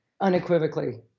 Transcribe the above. Unequivocally